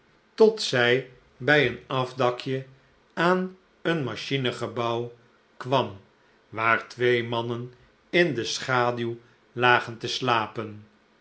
tot zij bij een afdakje aan een machinengebouw kwam waar twee mannen in de schaduw lagen te slapen